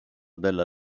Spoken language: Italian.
della